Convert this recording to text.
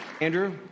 Andrew